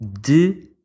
de